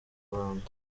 rwanda